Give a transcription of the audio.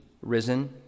risen